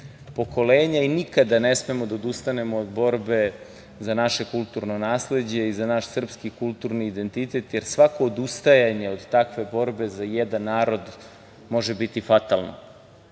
i nikada ne smemo da odustanemo od borbe za naše kulturno nasleđe i za naš srpski kulturni identitet, jer svako odustajanje od takve borbe za jedan narod može biti fatalno.